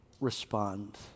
respond